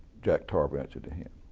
jack tarver answered to him.